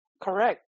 Correct